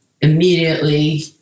immediately